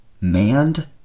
manned